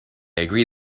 agree